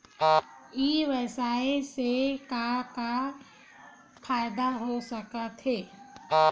ई व्यवसाय से का का फ़ायदा हो सकत हे?